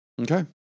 Okay